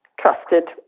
trusted